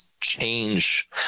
change